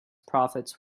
profits